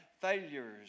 failures